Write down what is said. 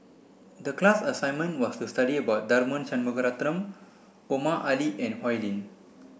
the class assignment was to study about Tharman Shanmugaratnam Omar Ali and Oi Lin